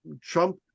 Trump